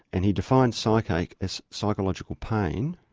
and he defines psychache as psychological pain.